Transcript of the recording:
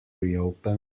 reopens